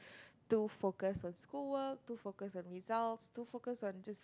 too focused on schoolwork too focused on results too focused on just